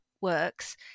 works